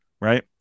right